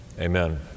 amen